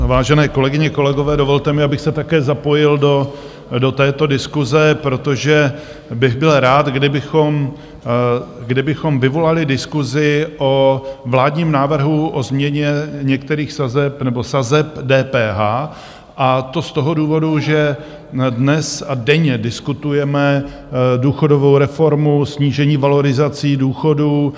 Vážené kolegyně, kolegové, dovolte mi, abych se také zapojil do této diskuse, protože bych byl rád, kdybychom vyvolali diskusi o vládním návrhu o změně některých sazeb nebo sazeb DPH, a to z toho důvodu, že dnes a denně diskutujeme důchodovou reformu, snížení valorizací důchodů.